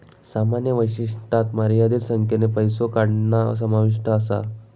सामान्य वैशिष्ट्यांत मर्यादित संख्येन पैसो काढणा समाविष्ट असा